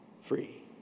free